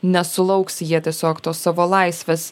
nesulauks jie tiesiog to savo laisvės